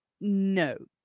No